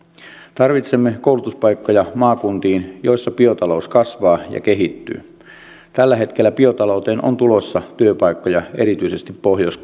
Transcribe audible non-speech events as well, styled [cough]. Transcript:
tarvitsemme koulutuspaikkoja maakuntiin joissa biotalous kasvaa ja kehittyy tällä hetkellä biotalouteen on tulossa työpaikkoja erityisesti pohjois [unintelligible]